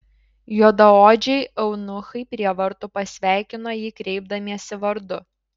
juodaodžiai eunuchai prie vartų pasveikino jį kreipdamiesi vardu